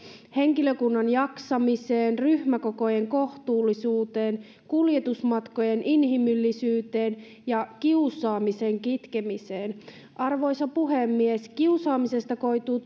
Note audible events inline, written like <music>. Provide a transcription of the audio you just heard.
henkilökunnan jaksamiseen ryhmäkokojen kohtuullisuuteen kuljetusmatkojen inhimillisyyteen ja kiusaamisen kitkemiseen arvoisa puhemies kiusaamisesta koituu <unintelligible>